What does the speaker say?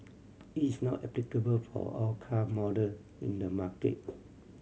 it is not applicable for all car model in the market